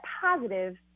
positive